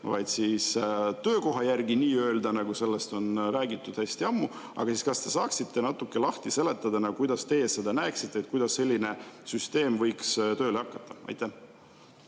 vaid töökoha järgi, sellest on räägitud hästi ammu. Aga kas te saaksite natuke lahti seletada, kuidas teie seda näeksite, kuidas selline süsteem võiks tööle hakata? Aitäh!